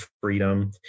freedom